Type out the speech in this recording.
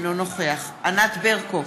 אינו נוכח ענת ברקו,